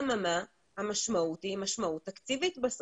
אבל המשמעות היא משמעות תקציבית.